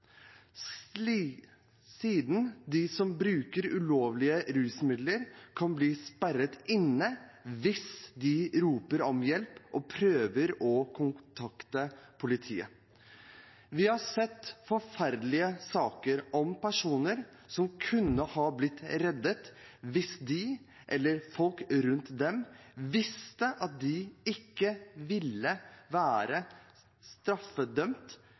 siden de som bruker ulovlige rusmidler, kan bli sperret inne hvis de roper om hjelp og prøver å kontakte politiet. Vi har sett forferdelige saker om personer som kunne ha blitt reddet hvis de, eller folk rundt dem, visste at de ikke ville bli straffedømt